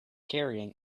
carrying